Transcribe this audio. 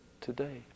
today